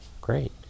great